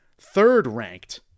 third-ranked